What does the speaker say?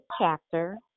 chapter